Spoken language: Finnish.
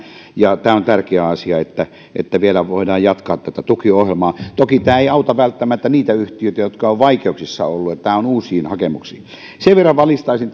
ja tämä on tärkeä asia että että vielä voidaan jatkaa tätä tukiohjelmaa toki tämä ei auta välttämättä niitä yhtiöitä jotka ovat vaikeuksissa olleet tämä on uusiin hakemuksiin sen verran valistaisin